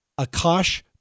Akash